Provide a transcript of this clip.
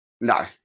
No